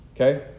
okay